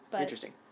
Interesting